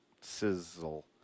Sizzle